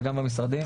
וגם במשרדים,